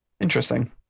interesting